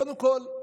קודם כול,